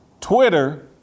Twitter